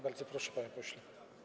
Bardzo proszę, panie pośle.